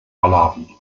malawi